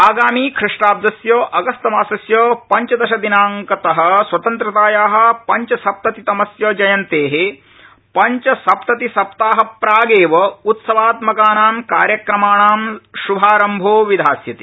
आगामि ख़िष्टाब्दस्य अगस्तमासस्य पंचदशदिनांकत स्वतन्त्राया पंचसप्ततितमस्य जयन्ते पंचसप्ततिसप्ताहप्रागेव उत्सवात्मकानां कार्यक्रमाणां शुभारम्भो विधास्यते